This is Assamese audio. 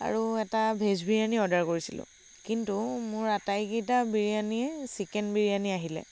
আৰু এটা ভেজ বিৰিয়ানী অৰ্ডাৰ কৰিছিলোঁ কিন্তু মোৰ আটাইকেইটা বিৰিয়ানীয়েই চিকেন বিৰিয়ানী আহিলে